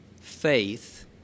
faith